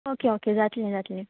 okay okay जातलें जातलें